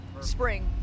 Spring